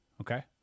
Okay